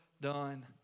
done